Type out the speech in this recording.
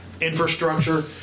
infrastructure